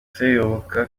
seyoboka